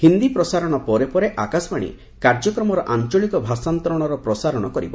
ହିନ୍ଦୀ ପ୍ରସାରଣ ପରେ ପରେ ଆକାଶବାଣୀ କାର୍ଯ୍ୟକ୍ରମର ଆଞ୍ଚଳିକ ଭାଷାନ୍ତରଣର ପ୍ରସାରଣ କରିବ